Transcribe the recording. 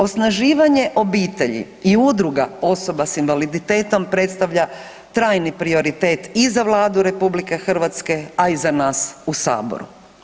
Osnaživanje obitelji i udruga osoba s invaliditetom predstavlja trajni prioritet i za Vladu RH, a i za nas u saboru.